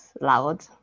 loud